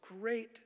great